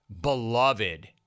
beloved